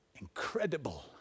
incredible